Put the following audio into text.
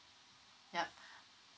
yup